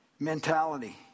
Mentality